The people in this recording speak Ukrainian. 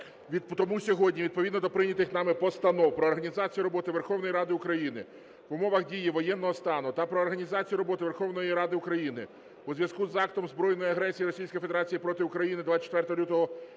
Тому сьогодні відповідно до прийнятих нами постанов: про організацію роботи Верховної Ради України в умовах дії воєнного стану та "Про організацію роботи Верховної Ради України у зв'язку з актом збройної агресії Російської Федерації проти України 24 лютого 2022